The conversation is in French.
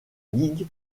ligue